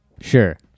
Sure